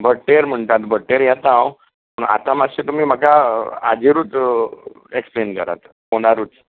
भट्टेर म्हणटात भट्टेर येता हांव म्हाका मातशें तुमी म्हाका हाजेरूच एक्सप्लेन करात फोनारूच